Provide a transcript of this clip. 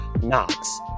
Knox